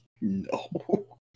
No